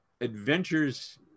adventures